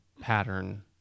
pattern